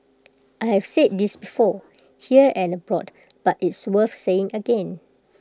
I have said this before here and abroad but it's worth saying again